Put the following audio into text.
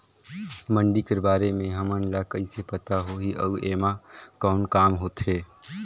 मंडी कर बारे म हमन ला कइसे पता होही अउ एमा कौन काम होथे?